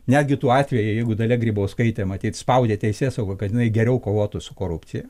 netgi tuo atveju jeigu dalia grybauskaitė matyt spaudė teisėsaugą kad jinai geriau kovotų su korupcija